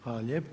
Hvala lijepa.